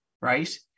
Right